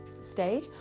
stage